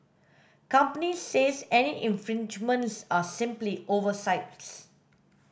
companies says any infringements are simply oversights